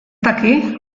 daki